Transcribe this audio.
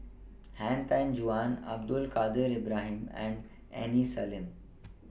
Han Tan Juan Abdul Kadir Ibrahim and Aini Salim